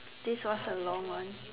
this was a long one